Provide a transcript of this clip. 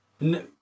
No